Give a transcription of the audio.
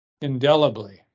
indelibly